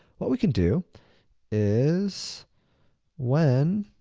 what we can do is when